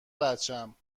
بچم